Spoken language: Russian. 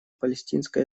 палестинской